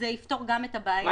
זה יפתור גם את הבעיה.